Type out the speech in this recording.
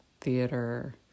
theater